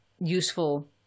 useful